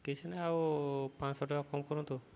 କିଛି ନା ଆଉ ପାଁଶହ ଟଙ୍କା କମ୍ କରନ୍ତୁ